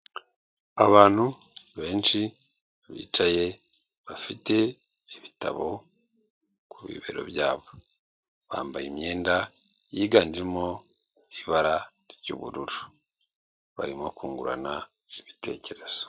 Abantu benshi bicaye bafite ibitabo ku bibero byabo, bambaye imyenda yiganjemo ibara ry'ubururu, barimo kungurana ibitekerezo.